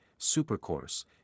Supercourse